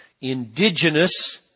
Indigenous